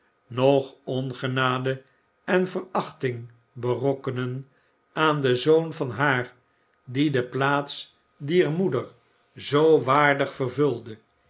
noch ongenade en verachting berokkenen aan den zoon van haar die de plaats dier moeder zoo waardig vervulde